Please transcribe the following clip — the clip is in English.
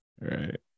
Right